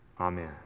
Amen